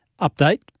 Update